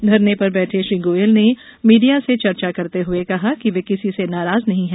धरने पर बैठे श्री गोयल ने मीडिया से चर्चो करते हुए कहा कि वे किसी से नाराज नही है